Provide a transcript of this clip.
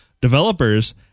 developers